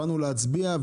באנו להצביע,